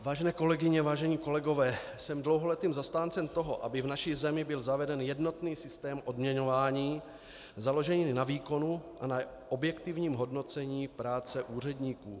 Vážené kolegyně, vážení kolegové, jsem dlouholetým zastáncem toho, aby v naší zemi byl zaveden jednotný systém odměňování, založený na výkonu a na objektivním hodnocení práce úředníků.